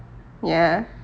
ya